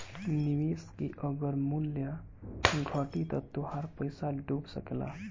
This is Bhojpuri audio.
निवेश के अगर मूल्य घटी त तोहार पईसा डूब सकेला